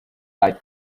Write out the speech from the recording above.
light